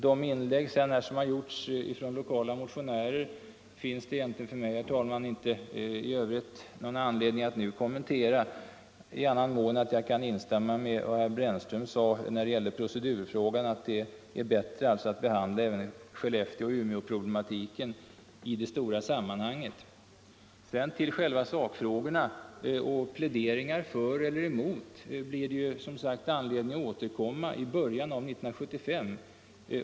De inlägg som här har gjorts av lokala motionärer finns det egentligen för mig, herr talman, inte i övrigt någon anledning att kommentera i annan mån än att jag kan instämma i vad herr Brännström sade när det gällde procedurfrågan — att det är bättre att behandla även Skellefteåoch Umeåproblematiken i det stora sammanhanget. Till själva sakfrågorna och pläderingar för och emot blir det som sagt anledning att återkomma i början av 1975.